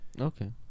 Okay